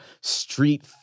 street